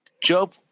Job